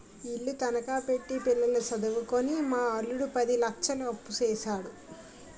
ఇల్లు తనఖా పెట్టి పిల్ల సదువుకని మా అల్లుడు పది లచ్చలు అప్పుసేసాడు